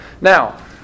Now